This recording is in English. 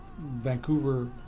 Vancouver